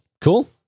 Cool